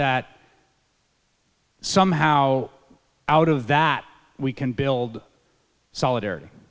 that somehow out of that we can build solidarity